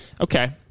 Okay